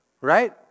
Right